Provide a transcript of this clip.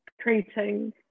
creating